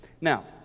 Now